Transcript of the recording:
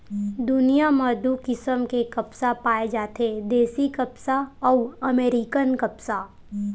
दुनिया म दू किसम के कपसा पाए जाथे देसी कपसा अउ अमेरिकन कपसा